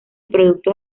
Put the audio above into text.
productos